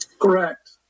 Correct